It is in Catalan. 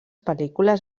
pel·lícules